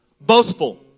boastful